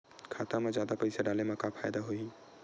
खाता मा जादा पईसा डाले मा का फ़ायदा होही?